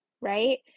right